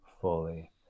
fully